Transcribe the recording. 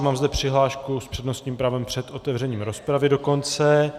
Mám zde přihlášku s přednostním právem před otevřením rozpravy dokonce.